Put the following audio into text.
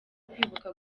kwibuka